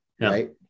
right